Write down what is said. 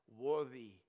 Worthy